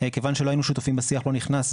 כיוון שלא היינו שותפים בשיח לא נכנס,